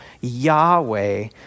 Yahweh